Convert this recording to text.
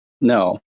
no